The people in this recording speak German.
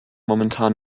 momentan